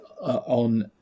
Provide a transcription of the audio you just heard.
on